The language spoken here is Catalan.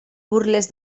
burles